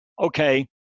okay